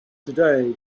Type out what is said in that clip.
today